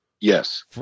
Yes